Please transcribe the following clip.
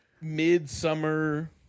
midsummer